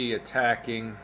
attacking